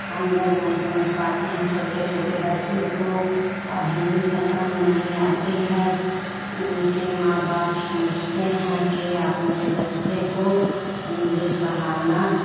हम लोग नहीं समझ पाते हैं छोटे छोटे बच्चे को अब हिन्दी पसन्द नहीं आती है उनके माँ बाप सोचते हैं कि अपने बच्चे को इंग्लिश पढ़ाना